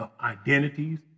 identities